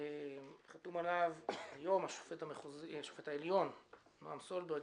חתום עליו מי שהוא היום השופט העליון נעם סולברג,